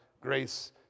grace